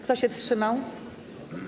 Kto się wstrzymał?